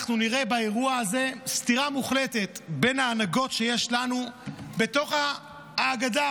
אנחנו נראה באירוע הזה סתירה מוחלטת בין ההנהגות שיש לנו בתוך ההגדה,